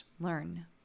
learn